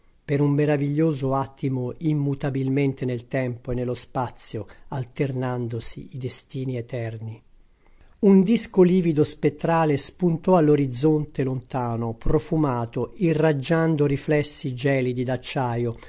per un meraviglioso attimo immutabilmente nel tempo e nello spazio alternandosi i destini eterni un disco livido spettrale spuntò all'orizzonte lontano profumato irraggiando riflessi gelidi d'acciaio